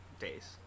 days